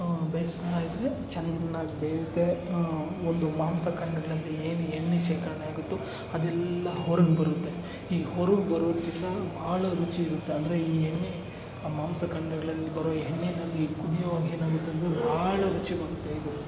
ಬೇಯಿಸ್ತಾಯಿದ್ದರೆ ಚೆನ್ನಾಗಿ ಬೇಯುತ್ತೆ ಒಂದು ಮಾಂಸ ಖಂಡಗಳಲ್ಲಿ ಏನು ಎಣ್ಣೆ ಶೇಖರಣೆಯಾಗುತ್ತೋ ಅದೆಲ್ಲ ಹೊರಗೆ ಬರುತ್ತೆ ಹೀಗೆ ಹೊರಗೆ ಬರೋದ್ರಿಂದ ಭಾಳ ರುಚಿ ಇರುತ್ತೆ ಅಂದರೆ ಈ ಎಣ್ಣೆ ಆ ಮಾಂಸ ಖಂಡಗಳಲ್ಲಿ ಬರೋ ಎಣ್ಣೆನಲ್ಲಿ ಕುದಿಯೋ ಏನಾಗುತ್ತೆ ಅಂದರೆ ಭಾಳ ರುಚಿ ಕೊಡುತ್ತೆ ಇದು